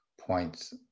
points